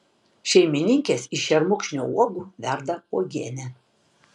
šeimininkės iš šermukšnio uogų verda uogienę